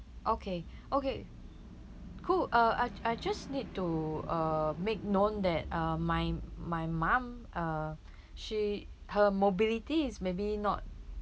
okay okay cool uh I I just need to uh make known that uh my my mum uh she her mobility is maybe not